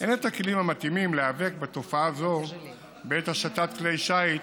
אין הכלים המתאימים להיאבק בתופעה זו בעת השטת כלי שיט